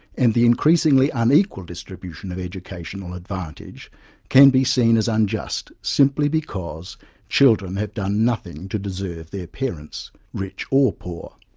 and the increasingly unequal distribution of educational advantage can be seen as unjust simply because children have done nothing to deserve their parents, rich or poor.